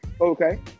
Okay